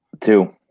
Two